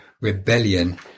rebellion